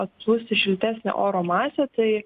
atplūsti šiltesnė oro masė tai